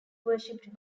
worshipped